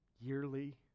yearly